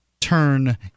turn